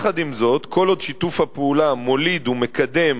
עם זאת, כל עוד שיתוף הפעולה מוליד ומקדם